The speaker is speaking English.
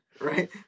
right